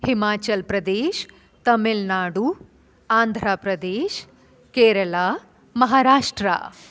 Himachal Pradesh Tamil Nadu Andhra Pradesh Kerala Maharashtra